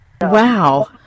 Wow